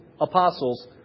apostles